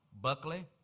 Buckley